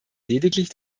lediglich